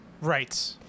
Right